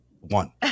One